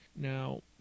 Now